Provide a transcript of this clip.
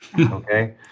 Okay